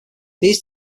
these